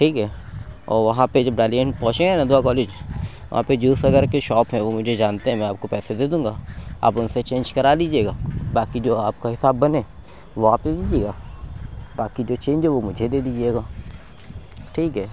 ٹھیک ہے اور وہاں پہ جب ڈالی گنج پہنچیں گے ندوہ کالج وہاں پہ جوس وغیرہ کی شاپ ہے وہ مجھے جانتے ہیں میں آپ کو پیسے دے دوں گا آپ ان سے چینج کرا لیجیے گا باقی جو آپ کا حساب بنے وہ آپ لے لیجیے گا باقی جو چینج ہے وہ مجھے دے دیجیے گا ٹھیک ہے